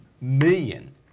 million